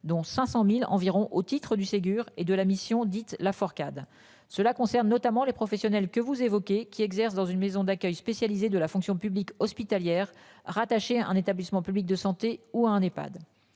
dont 500.000 environ au titre du Ségur et de la mission dite Lafourcade. Cela concerne notamment les professionnels que vous évoquez qui exerce dans une maison d'accueil spécialisée de la fonction publique hospitalière rattaché à un établissement public de santé ou un Nepad.